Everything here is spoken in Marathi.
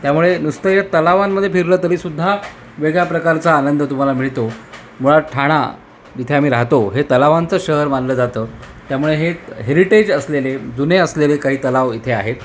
त्यामुळे नुसतं या तलावांमध्ये फिरलं तरीसुद्धा वेगळ्या प्रकारचा आनंद तुम्हाला मिळतो मुळात ठाणा जिथे आम्ही राहतो हे तलावांचं शहर मानलं जातं त्यामुळे हे हेरिटेज असलेले जुने असलेले काही तलाव इथे आहेत